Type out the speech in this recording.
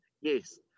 Yes